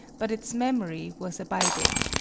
but its memory was abiding.